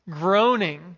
groaning